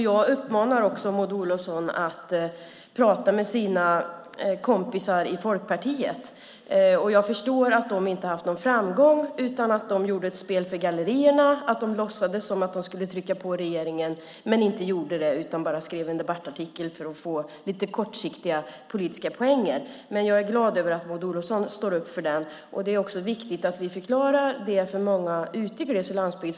Jag uppmanar också Maud Olofsson att prata med sina kompisar i Folkpartiet. Jag förstår att de inte har haft någon framgång utan att de utförde ett spel för gallerierna. De låtsades som om de skulle trycka på i regeringen, men de gjorde inte det utan skrev bara en debattartikel för att få lite kortsiktiga politiska poäng. Jag är glad över att Maud Olofsson står upp för pumplagen. Det är också viktigt att vi förklarar detta för många ute i gles och landsbygd.